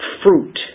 fruit